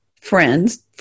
friends